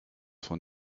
von